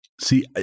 See